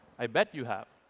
i bet you have.